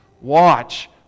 Watch